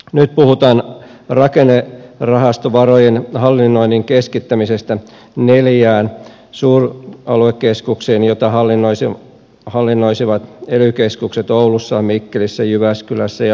nyt puhutaan rakennerahastovarojen hallinnoinnin keskittämisestä neljään suuraluekeskukseen joita hallinnoisivat ely keskukset oulussa mikkelissä jyväskylässä ja lahdessa